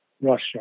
Russia